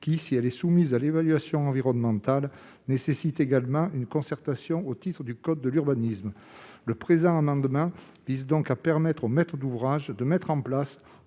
qui, si elle est soumise à évaluation environnementale, nécessite également une concertation au titre du code de l'urbanisme. Dans un souci de lisibilité, le présent amendement vise donc à permettre au maître d'ouvrage de mettre en place